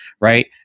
right